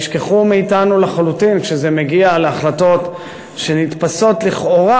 פתאום נשכחו מאתנו לחלוטין כשזה הגיע להחלטות שנתפסות לכאורה,